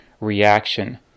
reaction